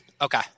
Okay